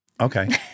okay